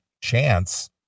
chance